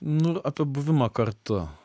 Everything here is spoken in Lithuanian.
nu apie buvimą kartu